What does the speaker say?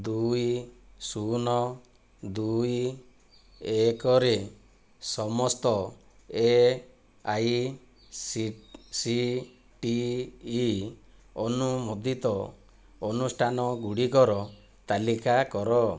ଦୁଇ ଶୂନ ଦୁଇ ଏକରେ ସମସ୍ତ ଏଆଇସିସିଟିଇ ଅନୁମୋଦିତ ଅନୁଷ୍ଠାନ ଗୁଡ଼ିକର ତାଲିକା କର